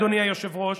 אדוני היושב-ראש,